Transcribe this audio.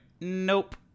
nope